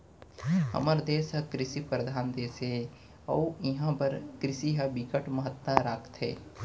हमर देस ह कृषि परधान देस हे अउ इहां बर कृषि ह बिकट महत्ता राखथे